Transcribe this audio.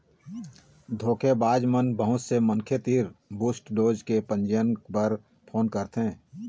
धोखेबाज मन बहुत से मनखे तीर बूस्टर डोज के पंजीयन बर फोन करथे